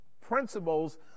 principles